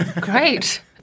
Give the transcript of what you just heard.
Great